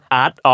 art